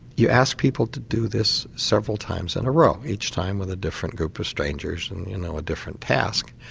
you ask people to do this several times in a row, each time with a different group of strangers, and you know. a different task.